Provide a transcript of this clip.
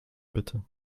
bitte